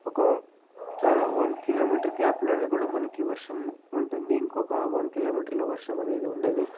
ఒక చాలా one kilometre గ్యాప్లోనే కూడా మనకి వర్షము ఉంటుంది ఇంకొక వన్ కిలోమీటర్లో వర్షం అనేది ఉండదు